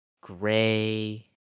gray